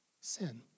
sin